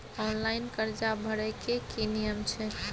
Online कर्जा भरै के की नियम छै?